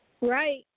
Right